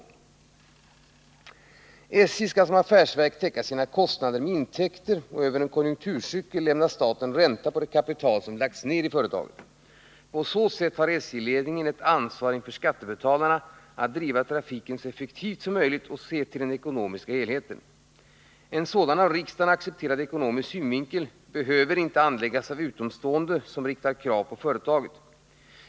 SJ skall som affärsverk täcka sina kostnader med intäkter och över en konjunkturcykel lämna staten ränta på det kapital som lagts ned i företaget. På så sätt har SJ-ledningen ett ansvar inför skattebetalarna att driva trafiken så effektivt som möjligt och se till den ekonomiska helheten. En sådan av riksdagen accepterad ekonomisk synvinkel behöver inte anläggas av utomstående som riktar krav på företaget.